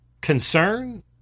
concern